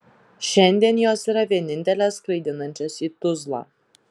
šiandien jos yra vienintelės skraidinančios į tuzlą